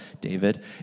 David